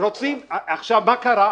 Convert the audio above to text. עכשיו מה קרה?